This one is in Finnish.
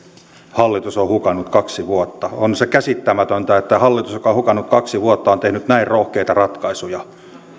hallitus on hukannut kaksi vuotta on se käsittämätöntä että hallitus joka on hukannut kaksi vuotta on tehnyt näin rohkeita ratkaisuja